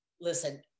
listen